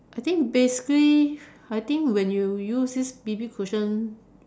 I think basically I think when you use this B_B cushion